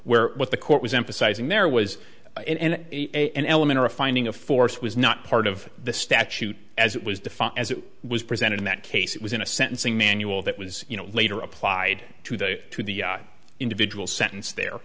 where what the court was emphasizing there was an element or a finding of force was not part of the statute as it was defined as it was presented in that case it was in a sentencing manual that was you know later applied to the to the individual sentence there